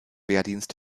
wehrdienst